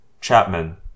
Chapman